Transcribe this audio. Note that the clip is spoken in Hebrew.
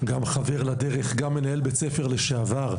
גם חבר לדרך, גם מנהל בית ספר לשעבר.